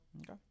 Okay